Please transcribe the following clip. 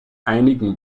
einigen